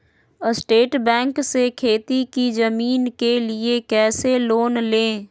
State bank से खेती की जमीन के लिए कैसे लोन ले?